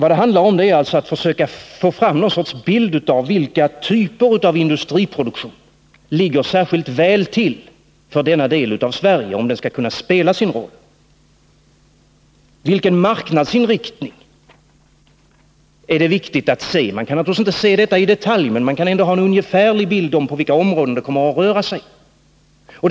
Det handlar alltså om att försöka få fram någon sorts bild av vilka typer av industriproduktion som ligger särskilt väl till för denna del av Sverige, om den skall kunna spela sin roll. Det är bl.a. viktigt att man studerar vilken marknadsinriktning som kan vara den bästa. Man kan naturligtvis inte i detalj förutsäga denna, men man kan ändå skaffa sig en ungefärlig bild av vilka områden som det kan röra sig om.